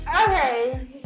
Okay